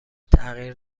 تحقیر